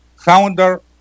founder